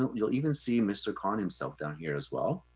you'll even see mr. khan himself down here as well.